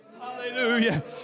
Hallelujah